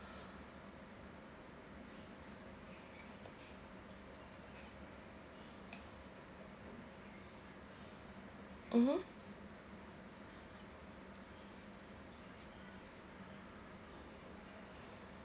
mmhmm